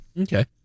Okay